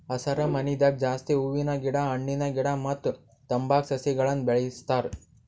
ಹಸರಮನಿದಾಗ ಜಾಸ್ತಿ ಹೂವಿನ ಗಿಡ ಹಣ್ಣಿನ ಗಿಡ ಮತ್ತ್ ತಂಬಾಕ್ ಸಸಿಗಳನ್ನ್ ಬೆಳಸ್ತಾರ್